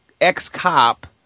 ex-cop